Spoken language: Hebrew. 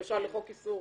האם לחוק איסור